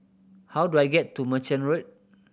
how do I get to Merchant Road